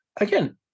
again